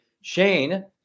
Shane